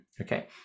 okay